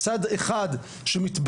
צד אחד שמתבטא,